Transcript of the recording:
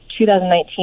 2019